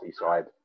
side